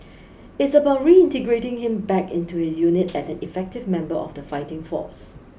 it's about reintegrating him back into his unit as an effective member of the fighting force